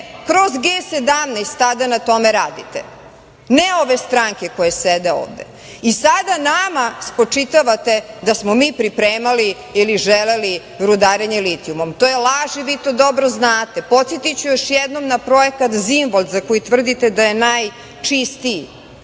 kroz G17 tada na tome radite. Ne ove stranke koje sede ovde. Sada nama spočitavate da smo mi pripremali ili želeli rudarenje litijumom. To je laž i vi to dobro znate. Podsetiću još jednom na projekat „Zimvald“ za koji tvrdite da je najčistiji.